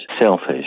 selfish